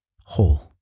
whole